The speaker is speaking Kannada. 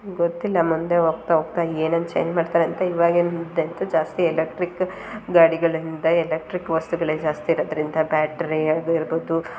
ಗೊತ್ತಿಲ್ಲ ಮುಂದೆ ಹೋಗ್ತ ಹೋಗ್ತ ಏನೇನು ಚೇಂಜ್ ಮಾಡ್ತಾರಂತ ಇವಾಗೇನು ಜಾಸ್ತಿ ಎಲೆಕ್ಟ್ರಿಕ್ ಗಾಡಿಗಳಿಂದ ಎಲೆಕ್ಟ್ರಿಕ್ ವಸ್ತುಗಳೇ ಜಾಸ್ತಿ ಇರೋದರಿಂದ ಬ್ಯಾಟ್ರಿ ಅದು ಇರ್ಬೌದು